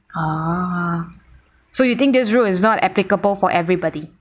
ah so you think this rule is not applicable for everybody